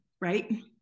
right